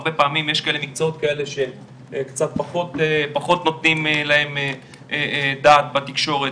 הרבה פעמים יש מקצועות שקצת פחות נותנים להם דעת בתקשורת.